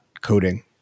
coding